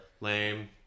Lame